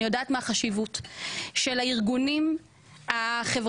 אני יודעת מה החשיבות של הארגונים החברתיים,